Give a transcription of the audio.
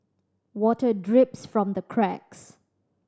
water drips from the cracks